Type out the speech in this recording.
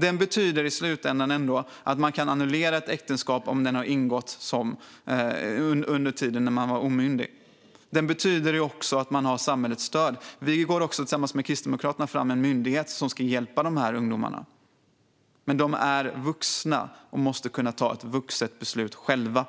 Det betyder i slutändan att ett äktenskap som ingåtts när man är omyndig kan annulleras och att man har samhällets stöd. Tillsammans med Kristdemokraterna föreslår vi också inrättandet av en myndighet som ska hjälpa dessa ungdomar. De är dock vuxna och måste kunna ta ett vuxet beslut själva,